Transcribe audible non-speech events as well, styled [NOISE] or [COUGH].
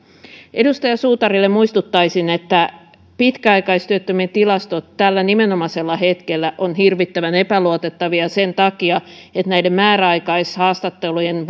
edustaja suutarille muistuttaisin että pitkäaikaistyöttömien tilastot tällä nimenomaisella hetkellä ovat hirvittävän epäluotettavia sen takia että näiden määräaikaishaastattelujen [UNINTELLIGIBLE]